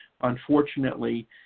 unfortunately